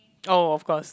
oh of cause